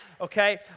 Okay